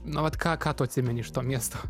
na vat ką ką tu atsimeni iš to miesto